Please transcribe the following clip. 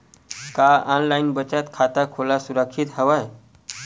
का ऑनलाइन बचत खाता खोला सुरक्षित हवय?